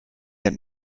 and